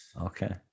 okay